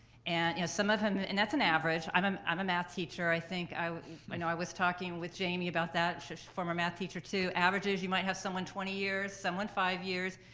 and you know some of them, and that's an average, i'm a math teacher, i think, i i know i was talking with jamie about that, she's former math teacher, too. averages you might have someone twenty years, someone five years,